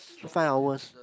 s~ five hours